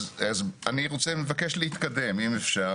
אז אני רוצה, מבקש להתקדם, אם אפשר.